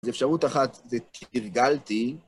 זה אפשרות אחת, זה תרגלתי.